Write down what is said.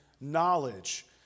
knowledge